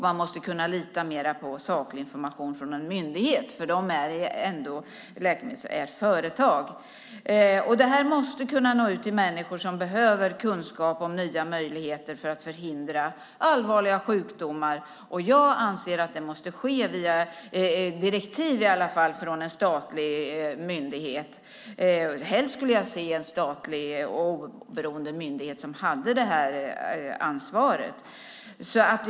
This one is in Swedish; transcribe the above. Man måste kunna lita mer på saklig information från en myndighet än från läkemedelsföretag. Information måste kunna nå ut till de människor som behöver kunskap om nya möjligheter - detta för att förhindra allvarliga sjukdomar. Jag anser att det i alla fall måste ske via direktiv från en statlig myndighet. Helst skulle jag se att en statlig oberoende myndighet hade det här ansvaret.